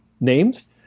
names